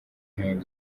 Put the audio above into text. ibihembo